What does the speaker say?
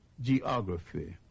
geography